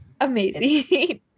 amazing